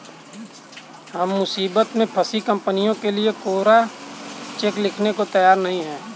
हम मुसीबत में फंसी कंपनियों के लिए कोरा चेक लिखने को तैयार नहीं हैं